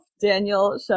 Daniel